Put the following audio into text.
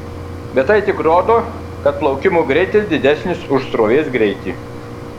bet tai tik rodo kad plaukimo greitis didesnis už srovės greitį